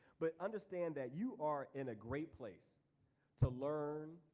but understand that you are in a great place to learn,